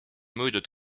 müüdud